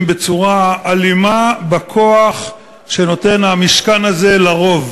בצורה אלימה בכוח שנותן המשכן הזה לרוב.